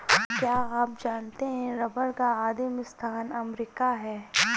क्या आप जानते है रबर का आदिमस्थान अमरीका है?